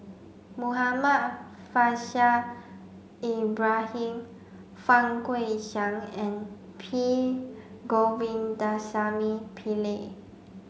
Muhammad Faishal Ibrahim Fang Guixiang and P Govindasamy Pillai